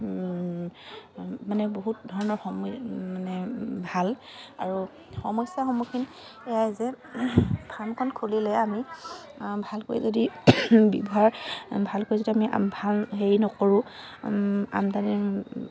মানে বহুত ধৰণৰ সময় মানে ভাল আৰু সমস্যাৰ সন্মুখীন এয়াই যে ফাৰ্মখন খুলিলে আমি ভালকৈ যদি ব্যৱহাৰ ভালকৈ যদি আমি ভাল হেৰি নকৰোঁ আমদানি